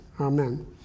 amen